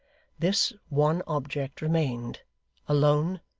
this one object remained alone,